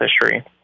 history